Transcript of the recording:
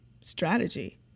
strategy